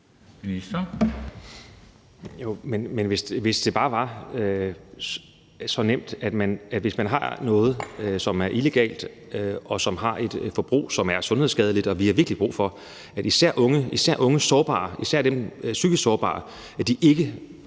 hvis bare det var så nemt i forbindelse med noget, som er illegalt og indebærer et forbrug, som er sundhedsskadeligt. Vi har virkelig brug for, at især unge sårbare, især psykisk sårbare ikke